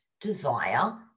desire